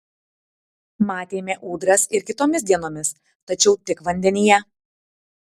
matėme ūdras ir kitomis dienomis tačiau tik vandenyje